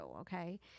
okay